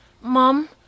Mom